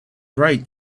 right